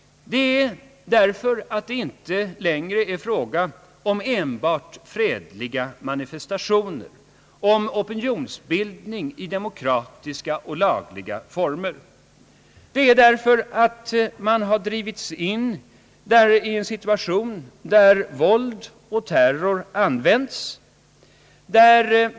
Det är därför att det inte längre är fråga om enbart fredliga manifestationer och opinionsbildningar i demokratiska och lagliga former, Det är därför att man har drivits in i en situation där våld och terror används.